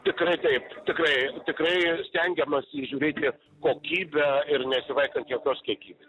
tikrai taip tikrai tikrai stengiamės žiūrėti kokybę ir nesivaikant jokios kiekybės